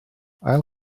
ail